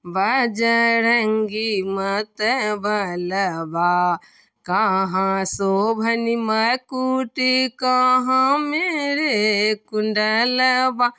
बजरङ्गी मतबलबा कहाँ शोभनि मकुटी कहाँमे रे कुण्डलबा